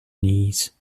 knees